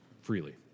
freely